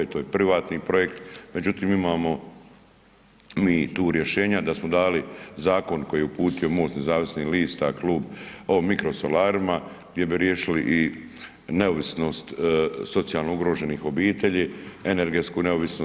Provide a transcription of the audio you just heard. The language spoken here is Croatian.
To je privatni projekt, međutim imamo mi tu rješenja da smo dali zakon koji je uputio MOST nezavisnih lista klub, o mikrosolarima gdje bi riješili i neovisnost socijalno ugroženih obitelji, energetsku neovisnost.